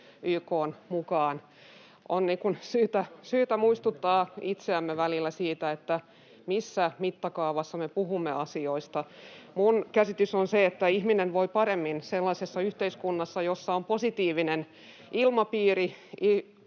On syytä muistuttaa itseämme välillä siitä, missä mittakaavassa me puhumme asioista. Minun käsitykseni on se, että ihminen voi paremmin sellaisessa yhteiskunnassa, jossa on positiivinen ilmapiiri,